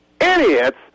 idiots